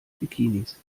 bikinis